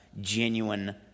genuine